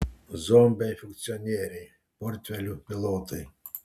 zombiai funkcionieriai portfelių pilotai